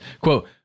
Quote